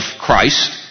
Christ